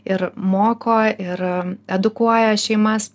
ir moko ir edukuoja šeimas